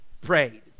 prayed